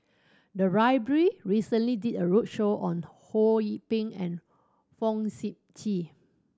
the library recently did a roadshow on Ho Yee Ping and Fong Sip Chee